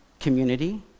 community